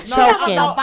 Choking